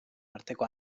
arteko